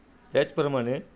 त्याचप्रमाणे